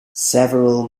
several